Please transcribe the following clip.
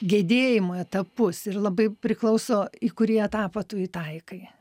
gedėjimo etapus ir labai priklauso į kurį etapą tu įtaikai